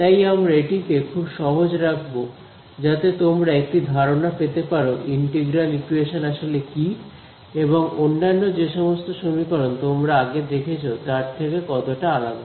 তাই আমরা এটিকে খুব সহজ রাখবো যাতে তোমরা একটি ধারণা পেতে পারো ইন্টিগ্রাল ইকুয়েশন আসলে কী এবং অন্যান্য যে সমস্ত সমীকরণ তোমরা আগে দেখেছো তার থেকে কতটা আলাদা